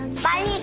fire